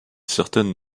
certaine